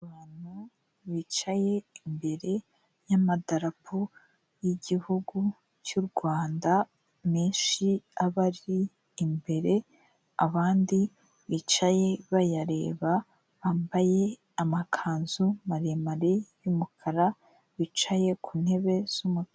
Abantu bicaye imbere y'amadarapo y'Igihugu cy'u Rwanda menshi abari imbere, abandi bicaye bayareba, bambaye amakanzu maremare y'umukara bicaye ku ntebe z'umutuku.